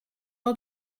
all